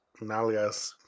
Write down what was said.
Nalgas